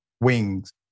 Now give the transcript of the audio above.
wings